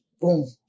boom